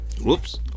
whoops